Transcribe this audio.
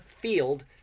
field